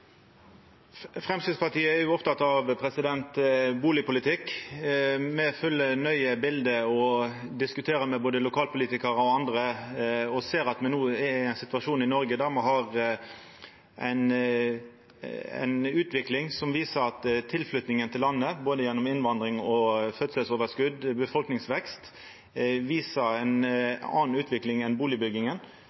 Framstegspartiet er oppteke av bustadpolitikk. Me følgjer biletet nøye og diskuterer med både lokalpolitikarar og andre. Me ser at me no er i ein situasjon i Noreg der me har ei utvikling som viser at både tilflytting til landet gjennom innvandring, fødselsoverskot og befolkningsvekst, viser ei anna utvikling enn